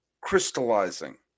crystallizing